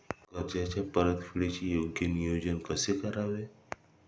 कर्जाच्या परतफेडीचे योग्य नियोजन कसे करावे?